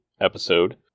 episode